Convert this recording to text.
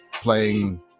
playing